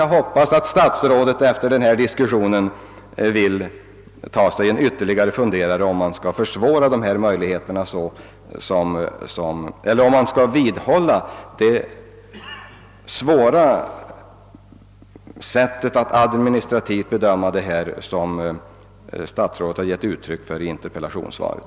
Jag hoppas att statsrådet efter denna diskussion vill ta sig ytterligare en funderare på om man bör behålla detta besvärliga administrativa tillvägagångssätt och om inte riksdagsbeslutet ändå medger den tolkning, som jag anfört.